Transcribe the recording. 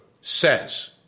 says